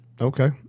Okay